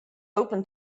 open